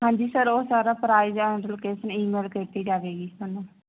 ਹਾਂਜੀ ਸਰ ਉਹ ਸਾਰਾ ਪ੍ਰਾਈਜ਼ ਆ ਮਤਲਬ ਕਿ ਈਮੇਲ ਕੀਤੀ ਜਾਵੇਗੀ ਤੁਹਾਨੂੰ